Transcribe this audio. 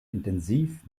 intensiv